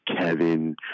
Kevin